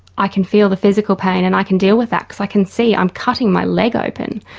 i can feel the physical pain and i can deal with that because i can see i'm cutting my leg open